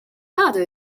other